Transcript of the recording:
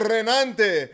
Renante